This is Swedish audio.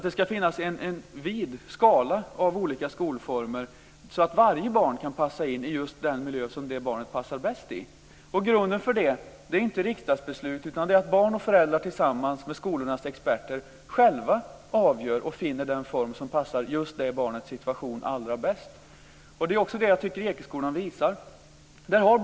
Det ska finnas en vid skala av olika skolformer, så att varje barn kan få den miljö som det barnet passar bäst i. Grunden för det är inte riksdagsbeslut utan att barn och föräldrar tillsammans med skolornas experter själva finner och bestämmer den form som passar just det speciella barnets situation allra bäst. Jag tycker att Ekeskolan svarar mot detta.